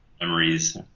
memories